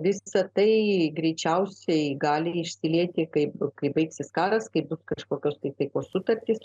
visa tai greičiausiai gali išsilieti kaip kai baigsis karas kaip kažkokios taikos sutartys